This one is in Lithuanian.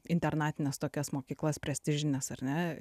internatines tokias mokyklas prestižines ar ne